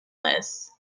this